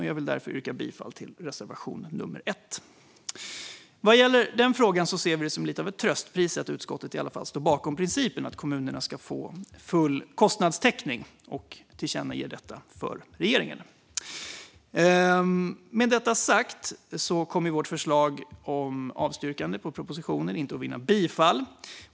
Jag vill därför yrka bifall till reservation 1. Vad gäller den frågan ser vi det som lite av ett tröstpris att utskottet i alla fall står bakom principen att kommunerna ska få full kostnadstäckning och tillkännager detta för regeringen. Med detta sagt kommer vårt förslag om att avstyrka propositionen inte att vinna bifall.